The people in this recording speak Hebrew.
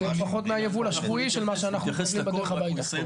זה פחות מהיבול השבועי של מה שאנחנו חווים בדרך הביתה.